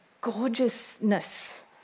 gorgeousness